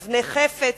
אבני-חפץ,